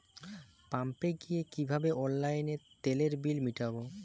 পাম্পে গিয়ে কিভাবে অনলাইনে তেলের বিল মিটাব?